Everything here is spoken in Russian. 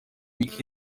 них